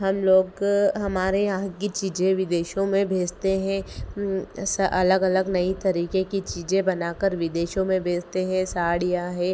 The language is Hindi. हमलोग हमारे यहाँ की चीज़ें विदेशों में भेजते हें अलग अलग नए तरीके की चीज़ें बनाकर विदेशों में भेजते हैं साड़ियाँ हैं